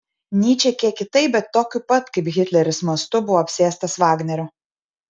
nyčė kiek kitaip bet tokiu pat kaip hitleris mastu buvo apsėstas vagnerio